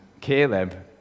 Caleb